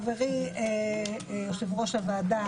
חברי יושב-ראש הוועדה